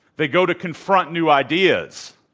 they go to confront new ideas.